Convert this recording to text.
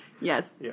Yes